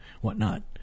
whatnot